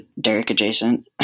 Derek-adjacent